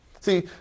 see